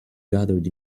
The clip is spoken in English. gathered